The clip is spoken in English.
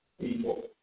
people